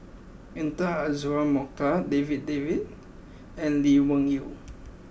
Intan Azura Mokhtar Darryl David and Lee Wung Yew